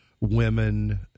women